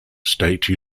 state